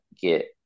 get